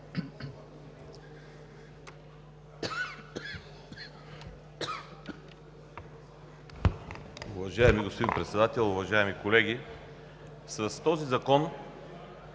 Уважаеми господин Председател, уважаеми колеги! С този закон